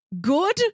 good